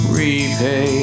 repay